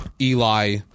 Eli